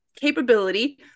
capability